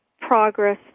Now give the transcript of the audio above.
progress